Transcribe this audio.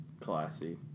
Classy